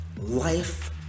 Life